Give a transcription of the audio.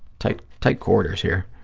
tight tight quarters here.